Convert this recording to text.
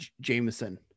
Jameson